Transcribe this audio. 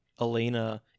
Elena